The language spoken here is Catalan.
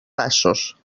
passos